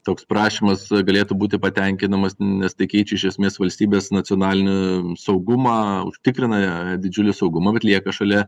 toks prašymas galėtų būti patenkinamas nes tai keičia iš esmės valstybės nacionalinį saugumą užtikrina e didžiulį saugumą bet lieka šalia